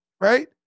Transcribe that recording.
right